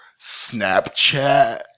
Snapchat